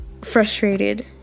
frustrated